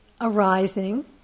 arising